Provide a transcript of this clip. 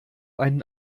einen